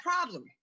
problem